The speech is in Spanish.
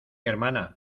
hermana